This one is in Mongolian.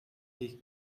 хийх